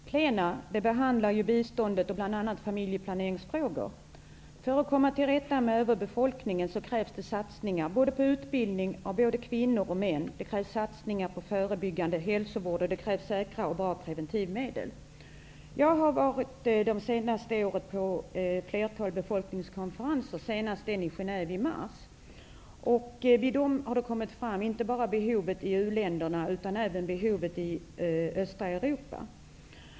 Fru talman! Jag har en fråga till biståndsministern. Under dagens arbetsplenum behandlas biståndet och bl.a. familjeplaneringsfrågorna. För att komma till rätta med överbefolkningen krävs det satsningar på utbildning av både kvinnor och män, förebyggande hälsovård och säkrare preventivmedel. Jag har under det senaste året varit med på ett flertal befolkningskonferenser, senast i Genève i mars. Det har då framkommit att det finns behov inte bara i u-länderna, utan även i östra Europa.